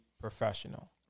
professional